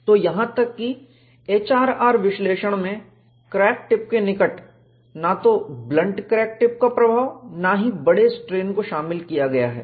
तो यहां तक की HRR विश्लेषण में क्रैक टिप के निकट ना तो ब्लंट क्रैक टिप का प्रभाव ना ही बड़े स्ट्रेन को शामिल किया गया है